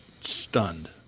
stunned